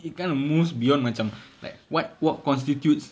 it kind of moves beyond macam like what what constitutes